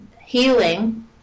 healing